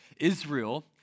Israel